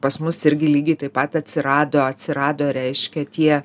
pas mus irgi lygiai taip pat atsirado atsirado reiškia tie